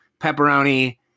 pepperoni